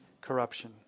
corruption